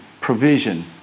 provision